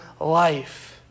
life